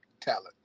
talent